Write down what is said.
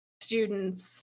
students